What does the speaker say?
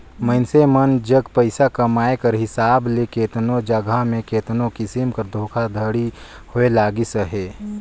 मइनसे मन जग पइसा कमाए कर हिसाब ले केतनो जगहा में केतनो किसिम कर धोखाघड़ी होए लगिस अहे